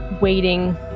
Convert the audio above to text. waiting